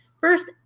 first